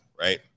right